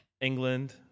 England